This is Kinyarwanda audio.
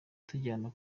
tujyana